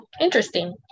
interesting